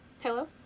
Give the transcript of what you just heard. Hello